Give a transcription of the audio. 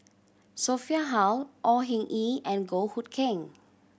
Sophia Hull Au Hing Yee and Goh Hood Keng